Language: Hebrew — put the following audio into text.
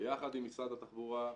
ביחד עם משרד התחבורה,